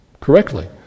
correctly